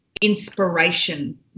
inspiration